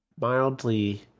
mildly